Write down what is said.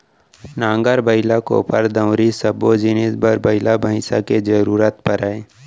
नांगर, बइला, कोपर, दउंरी सब्बो जिनिस बर बइला भईंसा के जरूरत परय